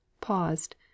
paused